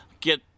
get